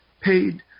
Paid